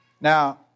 Now